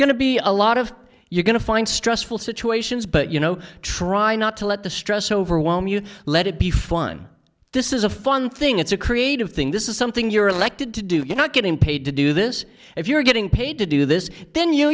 to be a lot of you're going to find stressful situations but you know try not to let the stress overwhelm you let it be fun this is a fun thing it's a creative thing this is something you're elected to do you not getting paid to do this if you're getting paid to do this then you